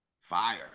Fire